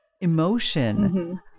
emotion